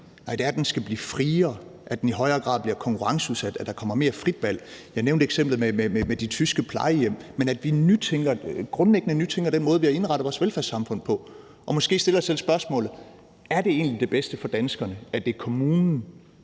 Nej, det er, at den skal blive friere; at den i højere grad bliver konkurrenceudsat; at der kommer mere frit valg – jeg nævnte eksemplet med de tyske plejehjem. Det er, at vi grundlæggende nytænker den måde, vi har indrettet vores velfærdssamfund på, og måske stiller os selv spørgsmålet: Er det egentlig det bedste for danskerne, at det er kommunen,